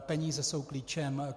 Peníze jsou klíčem.